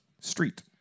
street